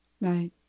Right